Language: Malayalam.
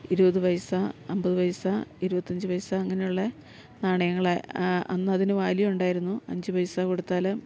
ഇരുപത് പൈസ അൻപത് പൈസ ഇരുപത്തഞ്ച് പൈസ അങ്ങനെയുള്ള നാണയങ്ങളാണ് അന്ന് അതിന് വാല്യൂ ഉണ്ടായിരുന്നു അഞ്ച് പൈസ കൊടുത്താൽ